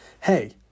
hey